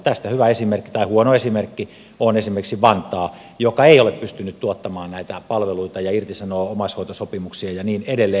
tästä hyvä esimerkki tai huono esimerkki on esimerkiksi vantaa joka ei ole pystynyt tuottamaan näitä palveluita ja irtisanoo omaishoitosopimuksia ja niin edelleen